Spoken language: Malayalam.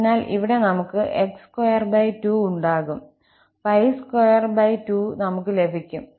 അതിനാൽ ഇവിടെ നമുക്ക് 𝑥22 ഉണ്ടാകും 𝜋22 നമുക് ലഭിക്കും